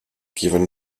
given